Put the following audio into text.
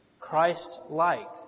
Christ-like